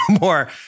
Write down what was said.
more